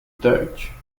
dutch